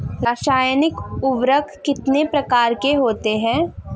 रासायनिक उर्वरक कितने प्रकार के होते हैं?